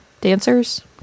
dancers